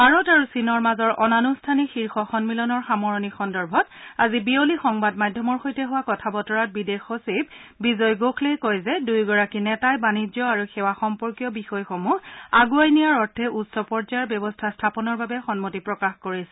ভাৰত আৰু চীনৰ মাজৰ অনানুস্থানিক শীৰ্ষ সমিলনৰ সামৰণি সন্দৰ্ভত আজি বিয়লি সংবাদ মাধ্যমৰ সৈতে হোৱা কথা বতৰাত বিদেশ সচিব বিজয় গোখলে কয় যে দুয়োগৰাকী নেতাই বাণিজ্য আৰু সেৱা সম্পৰ্কীয় বিষয়সমূহ আগুৱাই নিয়াৰ অৰ্থে উচ্চ পৰ্যায়ৰ ব্যৱস্থা স্থাপনৰ বাবে সন্মতি প্ৰকাশ কৰিছে